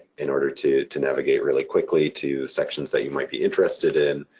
in order to to navigate really quickly to sections that you might be interested in,